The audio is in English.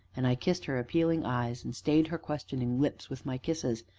and i kissed her appealing eyes, and stayed her questioning lips with my kisses.